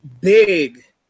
big